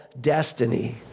destiny